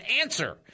answer